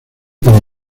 para